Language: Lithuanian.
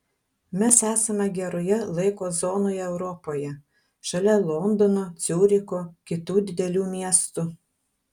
mes esame geroje laiko zonoje europoje šalia londono ciuricho kitų didelių miestų